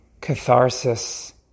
catharsis